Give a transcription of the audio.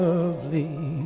Lovely